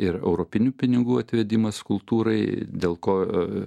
ir europinių pinigų atvedimas kultūrai dėl ko